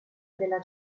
della